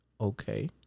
Okay